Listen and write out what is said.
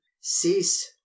cease